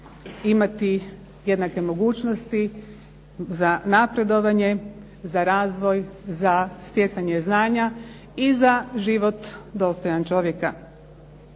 imati jednake mogućnosti za napredovanje, za razvoj, za stjecanje znanja i za život dostojan čovjeka.